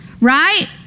right